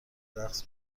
برقص